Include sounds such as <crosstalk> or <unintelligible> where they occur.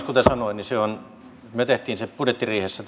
<unintelligible> kuten sanoin tämän kolmenkymmenen miljoonan peruslinjan me teimme budjettiriihessä <unintelligible>